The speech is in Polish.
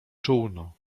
czółno